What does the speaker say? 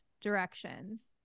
directions